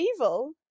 evil